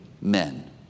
men